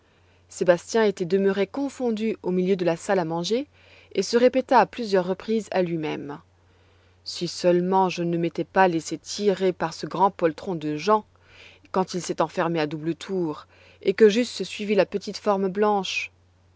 sébastien était demeuré confondu au milieu de la salle à manger et se répéta à plusieurs reprises à lui-même si seulement je ne m'étais pas laissé tirer par ce grand poltron de jean quand il s'est enfermé à double tour et que j'eusse suivi la petite forme blanche